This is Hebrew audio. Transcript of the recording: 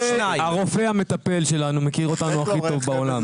הרופא המטפל שלנו מכיר אותנו הכי טובה בעולם.